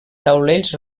taulells